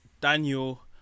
daniel